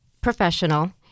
professional